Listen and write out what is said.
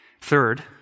Third